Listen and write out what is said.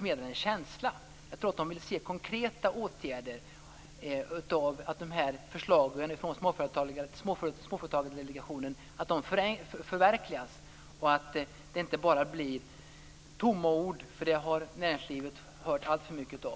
en känsla, utan jag tror att de vill se konkreta åtgärder och att förslagen från Småföretagsdelegationen förverkligas, så att det inte bara blir tomma ord. Sådana har näringslivet hört alltför mycket av.